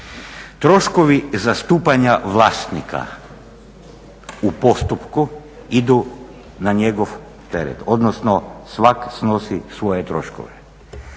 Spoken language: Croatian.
Troškovi zastupanja vlasnika u postupku idu na njegov teret, odnosno svatko snosi svoje troškove.